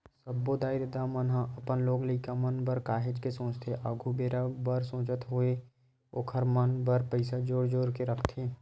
सब्बो दाई ददा मन ह अपन लोग लइका मन बर काहेच के सोचथे आघु बेरा बर सोचत होय ओखर मन बर पइसा जोर जोर के रखथे